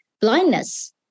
blindness